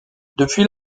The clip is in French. depuis